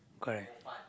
correct